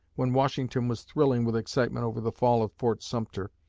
when washington was thrilling with excitement over the fall of fort sumter,